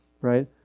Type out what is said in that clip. right